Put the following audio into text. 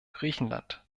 griechenland